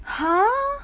!huh!